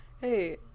Hey